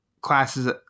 classes